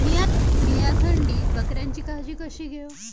मीया थंडीत बकऱ्यांची काळजी कशी घेव?